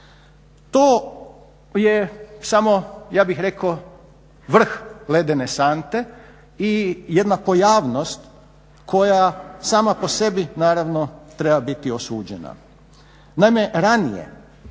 To je samo ja bih rekao vrh ledene sante i jedna pojavnost koja sama po sebi treba biti osuđena.